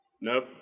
Nope